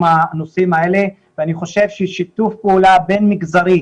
הנושאים האלה ואני חושב ששיתוף פעולה בין מגזרי,